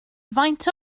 faint